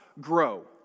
grow